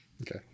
Okay